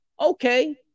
okay